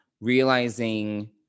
realizing